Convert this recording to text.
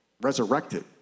resurrected